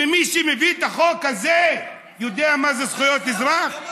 מי שמביא את החוק הזה יודע מה זה זכויות אזרח,